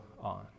on